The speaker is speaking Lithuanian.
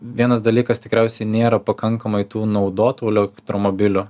vienas dalykas tikriausiai nėra pakankamai tų naudotų elektromobilių